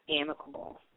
amicable